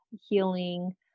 healing